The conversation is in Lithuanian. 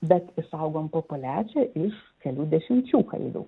bet išsaugom populiaciją iš kelių dešimčių kalvių